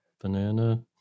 Banana